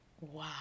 Wow